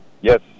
yes